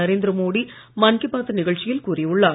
நரேந்திரமோடி மன் கீ பாத் நிகழ்ச்சியில் கூறியுள்ளார்